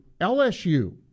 LSU